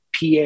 PA